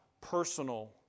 personal